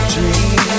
Dream